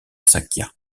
sakya